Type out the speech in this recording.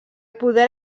poder